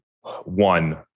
one